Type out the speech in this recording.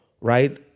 right